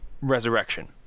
resurrection